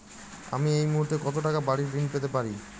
আমি এই মুহূর্তে কত টাকা বাড়ীর ঋণ পেতে পারি?